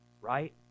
right